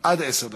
עד עשר דקות.